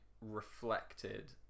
reflected